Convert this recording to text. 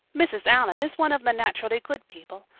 mrs. allan is one of the naturally good people.